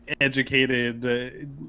educated